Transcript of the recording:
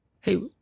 hey